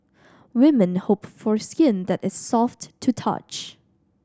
women hope for skin that is soft to touch